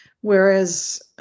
Whereas